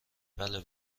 بلکه